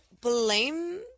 blame